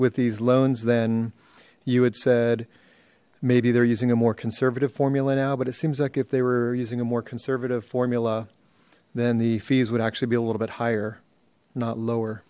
with these loans then you had said maybe they're using a more conservative formula now but it seems like if they were using a more conservative formula then the fees would actually be a little bit higher not lower